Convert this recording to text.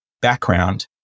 background